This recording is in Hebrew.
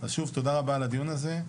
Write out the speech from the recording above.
אז שוב, תודה רבה על הדיון הזה,